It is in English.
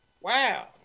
Wow